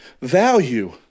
value